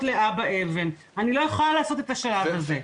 לאבא אבן" אני לא יכולה לעשות את השלב הזה.